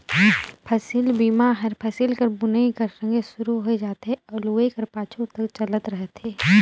फसिल बीमा हर फसिल कर बुनई कर संघे सुरू होए जाथे अउ लुवई कर पाछू तक चलत रहथे